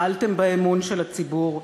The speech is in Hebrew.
מעלתם באמון של הציבור,